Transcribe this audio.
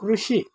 ಕೃಷಿ